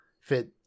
fit